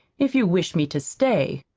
if you wish me to stay.